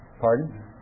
Pardon